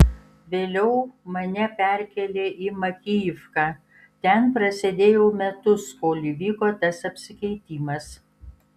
vėliau mane perkėlė į makijivką ten prasėdėjau metus kol įvyko tas apsikeitimas